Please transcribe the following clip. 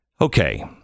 Okay